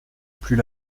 plus